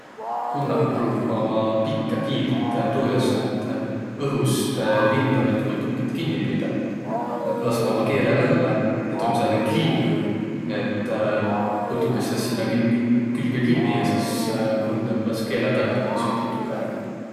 Kunnaq pruukvaq ummaq pikkä kiilt tuujaos, et õhust lindavit putukit kinniq püüdäq. Laskvaq uma keele vällä ja tuu om sääne kliipüv, nii et putukas jääs sinnäq külge kinniq ja sis kunn tõmbas keele tagasi ja süü putuka ärq.